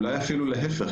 אולי אפילו להפך.